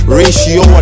ratio